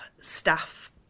staff